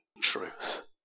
truth